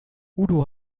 udo